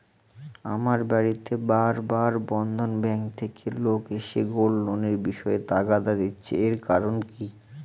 আমার বাড়িতে বার বার বন্ধন ব্যাংক থেকে লোক এসে গোল্ড লোনের বিষয়ে তাগাদা দিচ্ছে এর কারণ কি?